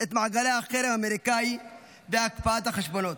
את מעגלי החרם האמריקאי והקפאת החשבונות.